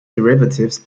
derivatives